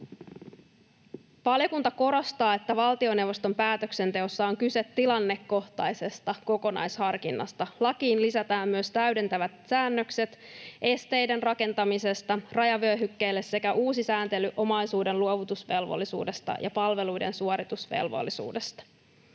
Valiokunta korostaa, että valtioneuvoston päätöksenteossa on kyse tilannekohtaisesta kokonaisharkinnasta. Lakiin lisätään myös täydentävät säännökset esteiden rakentamisesta rajavyöhykkeelle sekä uusi sääntely omaisuuden luovutusvelvollisuudesta ja palveluiden suoritusvelvollisuudesta.